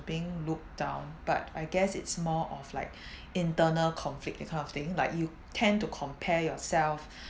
being looked down but I guess it's more of like internal conflict that kind of thing like you tend to compare yourself